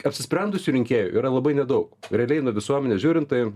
apsisprendusių rinkėjų yra labai nedaug realiai nuo visuomenės žiūrint tai